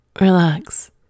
relax